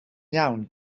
iawn